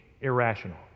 irrational